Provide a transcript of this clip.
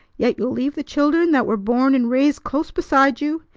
yet you'll leave the children that were born and raised close beside you,